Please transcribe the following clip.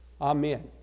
Amen